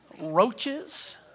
roaches